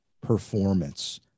performance